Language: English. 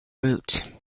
route